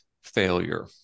failure